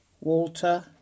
Walter